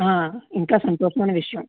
ఆ ఇంకా సంతోషమైన విషయం